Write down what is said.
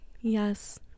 yes